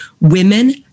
women